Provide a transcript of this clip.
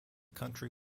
country